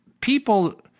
people